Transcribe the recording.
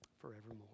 forevermore